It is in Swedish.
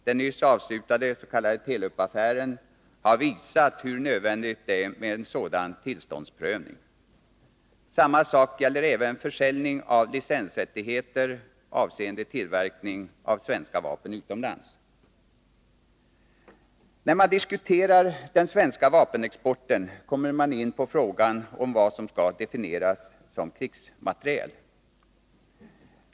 Den nyss avslutade s.k. Telubaffären har visat hur nödvändigt det är med en sådan tillståndsprövning. Samma sak gäller även försäljning av licensrättigheter avseende tillverkning av vapen utomlands. När man diskuterar den svenska vapenexporten kommer man in på frågan om vad som skall definieras som krigsmateriel.